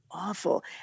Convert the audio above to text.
awful